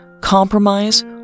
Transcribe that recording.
Compromise